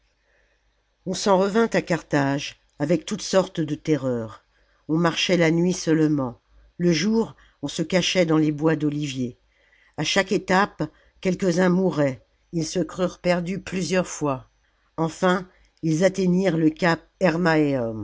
on s'en revint à carthage avec toutes sortes de terreurs on marchait la nuit seulement le jour on se cachait dans les bois d'oliviers a chaque étape quelques-uns mouraient ils se crurent perdus plusieurs fois enfin ils atteignirent le cap